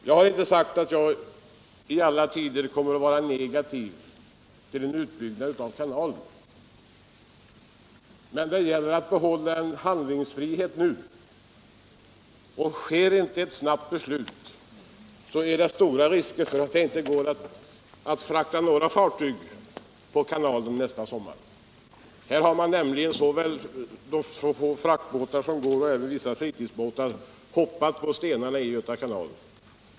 Jag har inte sagt att jag under alla tider kommer att vara negativ till en utbyggnad av kanalen, men det gäller att behålla en handlingsfrihet nu. Fattas inte ett snabbt beslut är det stora risker för att det inte går att frakta några fartyg nästa sommar. De få fraktbåtar som går och även vissa fritidsbåtar har nämligen hoppat på stenarna i Göta kanal.